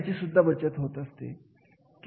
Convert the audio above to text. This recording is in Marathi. सगळी कामगार संघटना त्याला स्वीकारत असते